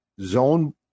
zone